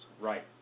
Right